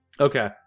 Okay